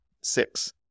six